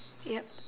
yup